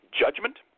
judgment